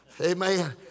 Amen